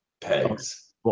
pegs